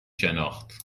شناخت